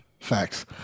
facts